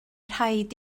rhaid